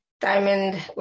Diamond